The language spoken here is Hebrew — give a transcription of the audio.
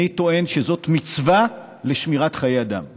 אני טוען שזאת מצווה של שמירת חיי אדם,